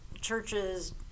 churches